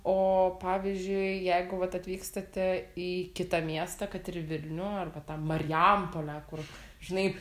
o pavyzdžiui jeigu vat atvykstate į kitą miestą kad ir į vilnių arba tą marijampolę kur žinai